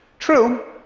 true,